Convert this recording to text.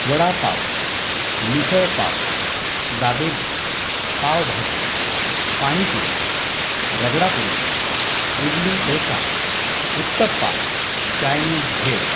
vada pav misal pav dabeli pav bhaji pani puri ragda puri idli dosa uttappa Chinese भेळ